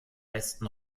besten